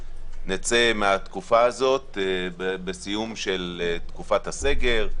נצא מהתקופה הזאת בסיום של תקופת הסגר,